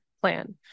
plan